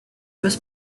was